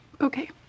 Okay